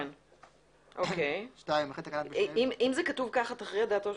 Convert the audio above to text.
אם יש תיקו,